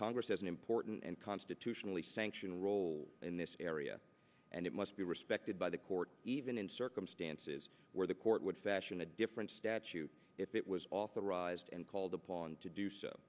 congress has an important and constitutionally sanction role in this area and it must be respected by the court even in circumstances where the court would fashion a different statute if it was authorized and called upon to do